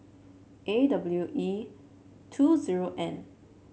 A W E two zero N